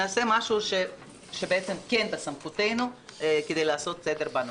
נעשה משהו שבעצם כן בסמכותנו כדי לעשות סדר בנושא.